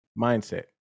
mindset